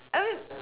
I mean